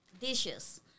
dishes